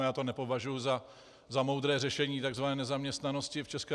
Já to nepovažuji za moudré řešení takzvané nezaměstnanosti v ČR.